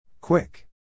Quick